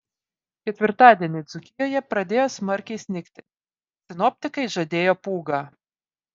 ketvirtadienį dzūkijoje pradėjo smarkiai snigti sinoptikai žadėjo pūgą